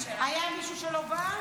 היה מישהו שלא בא?